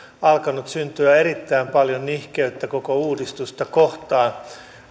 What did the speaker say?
alkanut syntyä erittäin paljon nihkeyttä koko uudistusta kohtaan